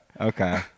Okay